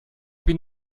bin